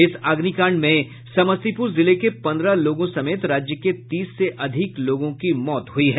इस अग्निकांड में समस्तीपुर जिले के पन्द्रह लोगों समेत राज्य के तीस से अधिक लोगों की मौत हुई है